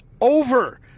over